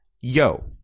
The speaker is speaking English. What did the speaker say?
yo